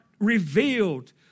revealed